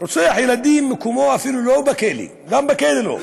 רוצח ילדים, מקומו אפילו לא בכלא, גם בכלא לא,